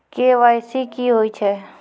KYC की होय छै?